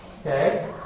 Okay